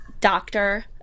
doctor